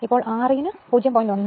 ഇപ്പോൾ R e ന് 0